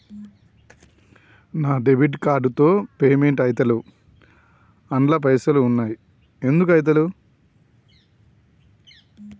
నా debit card తో payment ఐతలేవ్ అండ్ల పైసల్ ఉన్నయి ఎందుకు ఐతలేవ్?